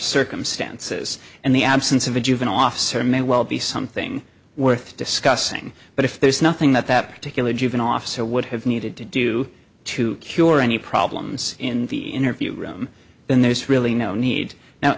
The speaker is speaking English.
circumstances and the absence of a juvenile officer may well be something worth discussing but if there's nothing that that particular juvenile officer would have needed to do to cure any problems in the interview room then there's really no need now